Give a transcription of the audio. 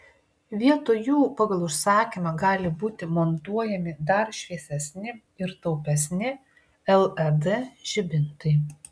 vietoj jų pagal užsakymą gali būti montuojami dar šviesesni ir taupesni led žibintai